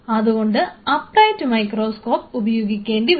അതുകൊണ്ട് upright microscope ഉപയോഗിക്കേണ്ടിവരും